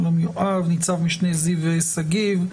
ניצב משנה זיו שגיב,